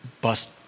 bust